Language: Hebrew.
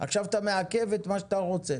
עכשיו אתה מעכב את מה שאתה רוצה.